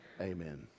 Amen